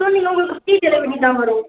so நீங்கள் உங்களுக்கு free delivery தான் மேடம்